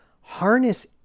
harness